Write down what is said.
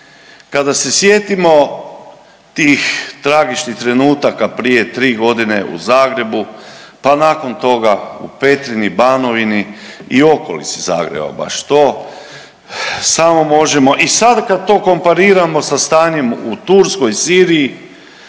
Kada se sjetimo tih tragičnih trenutaka prije tri godine u Zagrebu, pa nakon toga u Petrinji, Banovini i okolici Zagreba baš to samo možemo i sad kad to kompariramo sa stanjem u Turskoj, Siriji